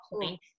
point